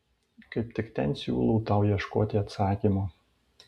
kaip tik ten siūlau tau ieškoti atsakymo